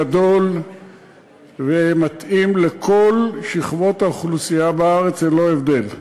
גדול ומתאים לכל שכבות האוכלוסייה בארץ, ללא הבדל.